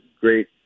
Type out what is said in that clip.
great